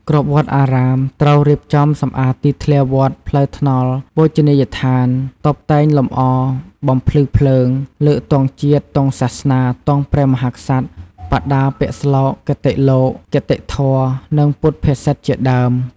គ្រប់វត្តអារាម ត្រូវរៀបចំសម្អាតទីធ្លាវត្ត ផ្លូវថ្នល់ បូជនីយដ្ឋាន តុបតែងលម្អ បំភ្លឺភ្លើង លើកទង់ជាតិ ទង់សាសនា ទង់ព្រះមហាក្សត្រ បដាពាក្យស្លោក គតិលោក គតិធម៌ និងពុទ្ធភាសិតជាដើម។